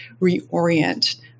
reorient